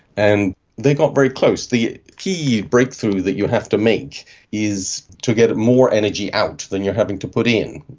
and they got very close. the key breakthrough that you have to make is to get more energy out than you are having to put in.